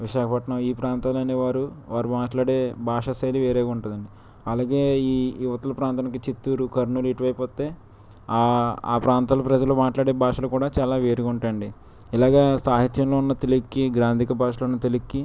విశాఖపట్నం ఈ ప్రాంతంలోని వారు వారు మాట్లాడే భాష శైలి వేరేగా ఉంటుంది అండి అలాగే ఇవతల ప్రాంతానికి చిత్తూరు కర్నూలు ఇటువైపు వస్తే ఆ ఆ ప్రాంతాల ప్రజలు మాట్లాడే భాషలు కూడా చాలా వేరుగా ఉంటాయండి ఇలాగే సాహిత్యంలో ఉన్న తెలుగుకి గ్రాంధిక భాషలో ఉన్న తెలుగుకి